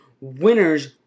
winners